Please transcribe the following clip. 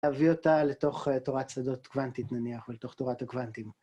להביא אותה לתוך תורת שדות קוונטית נניח, או לתוך תורת הקוונטים.